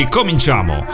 Cominciamo